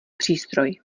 přístroj